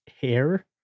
hair